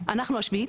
אנחנו השביעית,